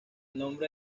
nombre